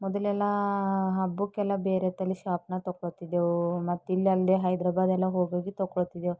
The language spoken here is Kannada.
ಮೊದಲೆಲ್ಲ ಹಬ್ಬಕ್ಕೆಲ್ಲ ಬೇರೆ ತಲೆ ಶಾಪ್ನ ತಗೋತಿದ್ದೆವು ಮತ್ತಿಲ್ಲಲ್ಲದೆ ಹೈದರಾಬಾದ್ ಎಲ್ಲ ಹೋಗಿ ಹೋಗಿ ತಗೋತ್ತಿದ್ದೆವು